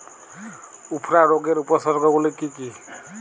উফরা রোগের উপসর্গগুলি কি কি?